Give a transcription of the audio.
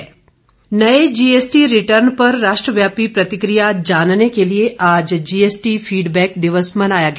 GST दिवस नये GST return पर राष्ट्रव्यापी प्रतिक्रिया जानने के लिये आज जीएसटी फीडबैक दिवस मनाया गया